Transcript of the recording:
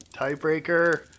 tiebreaker